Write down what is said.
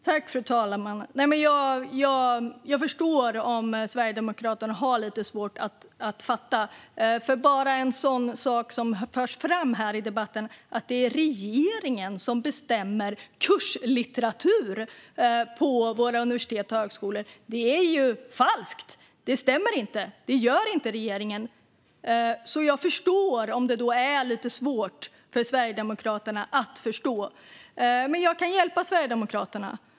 Fru talman! Jag förstår om Sverigedemokraterna har lite svårt att fatta. Ta bara en sådan sak som förs fram här i debatten: att det är regeringen som bestämmer kurslitteratur på våra universitet och högskolor. Det är ju falskt. Det stämmer inte. Det gör inte regeringen. Så jag förstår om det är lite svårt för Sverigedemokraterna att förstå. Men jag kan hjälpa Sverigedemokraterna.